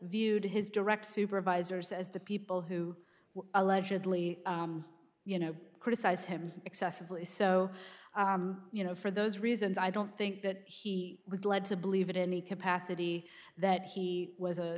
viewed his direct supervisors as the people who allegedly you know criticize him excessively so you know for those reasons i don't think that he was led to believe in any capacity that he was a